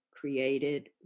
created